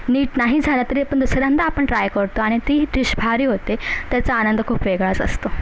नीट नाही झालं तरी पण दुसऱ्यांदा आपण ट्राय करतो आणि ती डिश भारी होते त्याचा आनंद खूप वेगळाच असतो